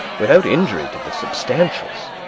without injury to the substantials.